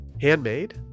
Handmade